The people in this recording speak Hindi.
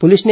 पुलिस ने